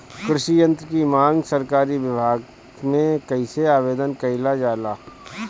कृषि यत्र की मांग सरकरी विभाग में कइसे आवेदन कइल जाला?